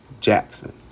Jackson